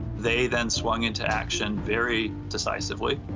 they then swung into action very decisively,